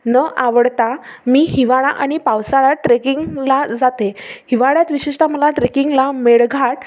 न आवडता मी हिवाळा आणि पावसाळ्यात ट्रेकिंगला जाते हिवाळ्यात विशेषत मला ट्रेकिंगला मेळघाट